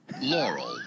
Laurel